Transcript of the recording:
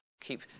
keep